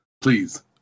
please